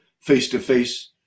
face-to-face